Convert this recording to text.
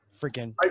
Freaking